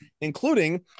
including